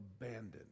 abandoned